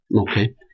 Okay